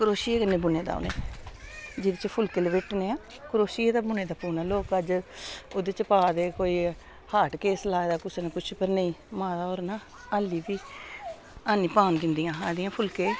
करोशिये कन्नै बुने दा उ'नें जेह्दे च फुलके लपेटने आं करोशिये दा बुने दा पूना लोक अज्ज ओह्दे च पा दे कोई हाट केस लाए दा कुसै ना कुछ पर नेईं माता होर ना हल्ली बी हैनी पान दिंदियां हा आखदियां फुल्के